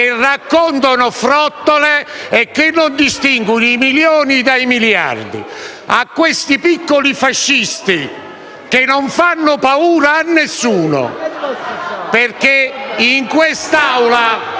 raccontano frottole e che non distinguono i milioni dai miliardi. Questi piccoli fascisti che non fanno paura a nessuno. *(Proteste